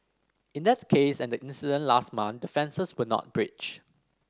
in that case and the incident last month the fences were not breached